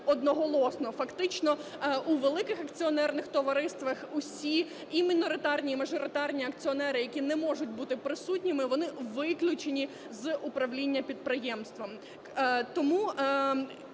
одноголосно. Фактично у великих акціонерних товариствах усі, і міноритарні, і мажоритарні акціонери, які не можуть бути присутніми, вони виключені з управління підприємством. Тому